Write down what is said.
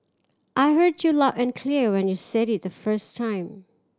I heard you loud and clear when you said it the first time